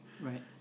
right